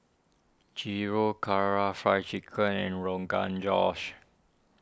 Gyros Kara Fried Chicken and Rogan Josh